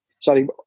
sorry